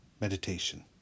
meditation